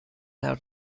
how